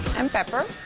um pepper.